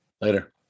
Later